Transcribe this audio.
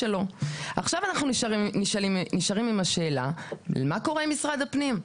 עכשיו אנחנו נשארים עם השאלה: מה קורה עם משרד הפנים.